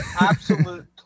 absolute